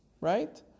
right